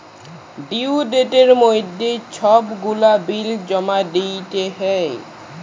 due ডেটের মইধ্যে ছব গুলা বিল জমা দিতে হ্যয়